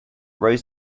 rose